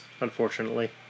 unfortunately